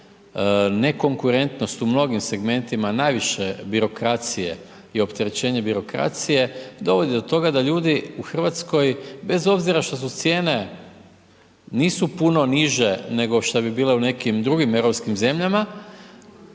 nekonkretnost u mnogim segmentima, najviše birokracije i opterećenje birokracije, dovodi do toga da ljudi u Hrvatskoj, bez obzira što su cijene, nisu puno niže nego što bi bilo u nekim drugim europskim zemljama,